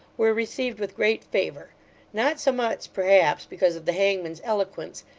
were received with great favour not so much, perhaps, because of the hangman's eloquence,